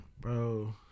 Bro